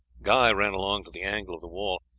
guy ran along to the angle of the wall.